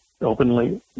openly